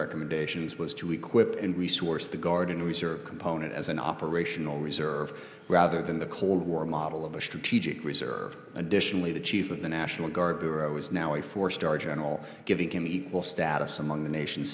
recommendations was to equip and resource the guard and reserve component as an operational reserve rather than the cold war model of the strategic reserve additionally the chief of the national guard bureau is now a four star general giving equal status among the nation